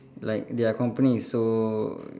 like their company is so